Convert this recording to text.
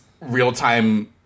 real-time